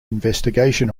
investigation